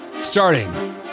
starting